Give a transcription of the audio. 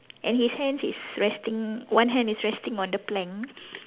and his hands is resting one hand is resting on the plank